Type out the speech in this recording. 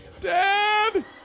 Dad